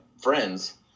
friends